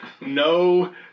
No